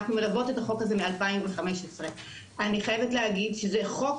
אנחנו מלוות את החוק הזה מאז 2015. אני חייבת להגיד שזה חוק,